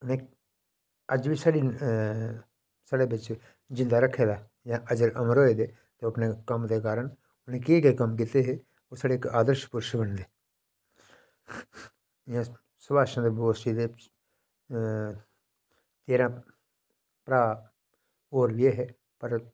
ते अज्ज बी साढ़ी साढ़े बच्चें जींदा रक्खे दा अज्ज तगर ओह् अपने कम्म दे कारण उनें केह् केह् कम्म दस्से हे उसदे इक्क आदर्श क्वेच्शन होंदे इंया सुभाष चंद्र बोस गी गै तेरां भ्राऽ होर बी ऐहे पर